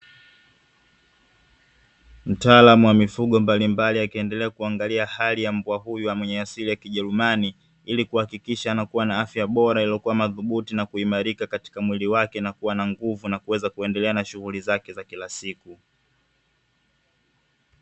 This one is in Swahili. Mtaalamu wa mifugo mbalimbali, akiendelea kuangalia hali ya mbwa huyu mwenye asili ya kijerumani ili kuhakikisha anakua na afya bora iliyokuwa madhubuti na kuimarika katika mwili wake, na kuwa na nguvu, na kuweza kuendelea na shughuli zake za kila siku.